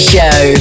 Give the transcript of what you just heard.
Show